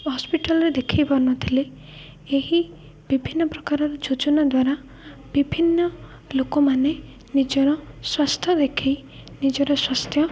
ହସ୍ପିଟାଲରେ ଦେଖେଇ ପାରୁନଥିଲେ ଏହି ବିଭିନ୍ନ ପ୍ରକାରର ଯୋଜନା ଦ୍ୱାରା ବିଭିନ୍ନ ଲୋକମାନେ ନିଜର ସ୍ୱାସ୍ଥ୍ୟ ଦେଖେଇ ନିଜର ସ୍ୱାସ୍ଥ୍ୟ